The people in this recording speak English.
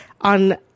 on